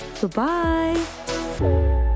Goodbye